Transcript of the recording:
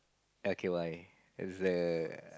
okay why there's a